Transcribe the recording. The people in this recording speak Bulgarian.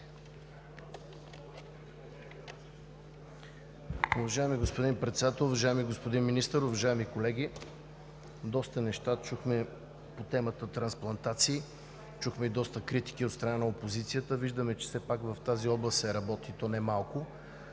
Уважаеми господин Председател, уважаеми господин Министър, уважаеми колеги! Доста неща чухме по темата „трансплантации“. Чухме и доста критики от страна на опозицията. Виждаме, че все пак в тази област се работи, и то не малко.